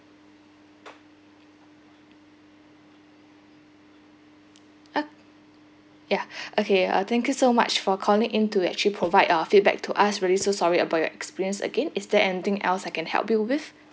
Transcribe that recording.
ok~ ya okay I thank you so much for calling in to actually provide a feedback to us really so sorry about your experience again is there anything else I can help you with